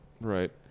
Right